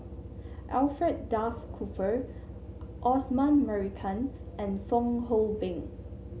Alfred Duff Cooper Osman Merican and Fong Hoe Beng